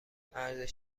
ارزش